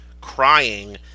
crying